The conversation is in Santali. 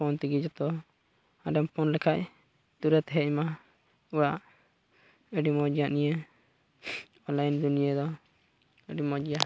ᱯᱷᱳᱱ ᱛᱮᱜᱮ ᱡᱚᱛᱚ ᱟᱨᱮᱢ ᱯᱷᱳᱱ ᱞᱮᱠᱷᱟᱱ ᱛᱩᱨᱟᱹᱱᱛ ᱦᱮᱡ ᱟᱢᱟ ᱚᱲᱟᱜ ᱟᱹᱰᱤ ᱢᱚᱡᱟᱜ ᱱᱤᱭᱟᱹ ᱚᱱᱞᱟᱭᱤᱱ ᱫᱩᱱᱤᱭᱟᱹ ᱫᱚ ᱟᱹᱰᱤ ᱢᱚᱡᱽ ᱜᱮᱭᱟ